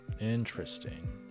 Interesting